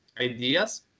ideas